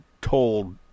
told